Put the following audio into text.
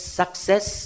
success